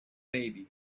baby